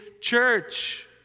church